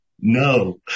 no